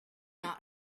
not